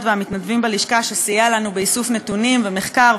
והמתנדבים בלשכה שסייע לנו באיסוף נתונים ומחקר.